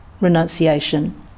renunciation